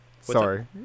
Sorry